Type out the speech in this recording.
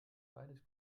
beides